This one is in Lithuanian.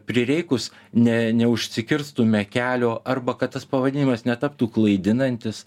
prireikus ne neužsikirstume kelio arba kad tas pavadinimas netaptų klaidinantis